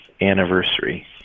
anniversary